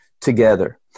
together